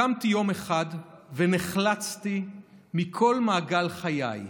"קמתי יום אחד ונחלצתי מכל מעגל חיי,